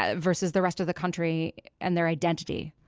ah versus the rest of the country and their identity?